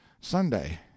sunday